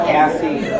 Cassie